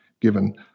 given